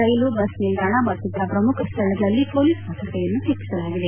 ರೈಲು bus ನಿಲ್ದಾಣ ಮತ್ತಿತರ ಪ್ರಮುಖ ಸ್ಥಳಗಳಲ್ಲಿ ಮೊಲೀಸ್ ಭದ್ರತೆಯನ್ನು ಹೆಚ್ಚಿಸಲಾಗಿದೆ